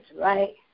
right